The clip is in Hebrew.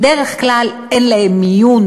שבדרך כלל אין להם מיון,